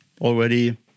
already